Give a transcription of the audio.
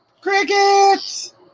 Crickets